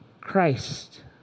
Christ